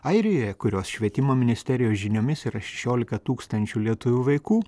airijoje kurios švietimo ministerijos žiniomis yra šešiolika tūkstančių lietuvių vaikų